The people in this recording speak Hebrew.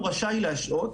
הוא רשאי להשעות.